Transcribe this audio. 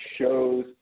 shows